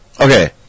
okay